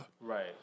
Right